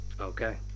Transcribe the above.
Okay